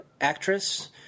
actress